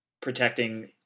protecting